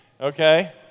Okay